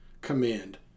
command